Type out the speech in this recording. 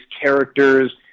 characters